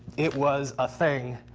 it was a thing,